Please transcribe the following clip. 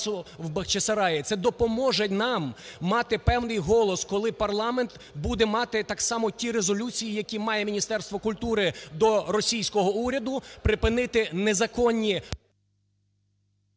Це допоможе нам мати певний голос, коли парламент буде мати так само ті резолюції, які має Міністерство культури до російського уряду припинити незаконні…